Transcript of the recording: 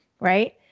right